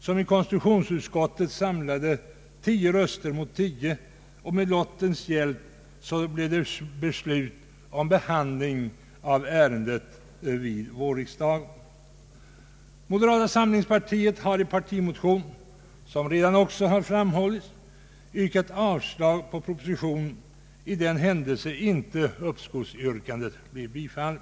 I konstitutionsutskottet samlade det förslaget tio röster mot tio, och med lottens hjälp stannade utskottet för att ärendet skulle behandlas i vårriksdagen. Moderata samlingspartiet har i en partimotion, vilket också redan framhållits, yrkat avslag på propositionen, i den händelse inte uppskovsyrkandet bifölls.